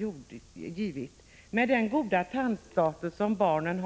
Tänk på vad den goda tandstatus som barn nu